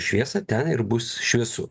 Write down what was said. šviesą ten ir bus šviesu